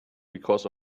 because